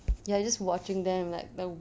you are just watching them like the